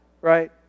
Right